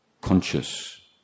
conscious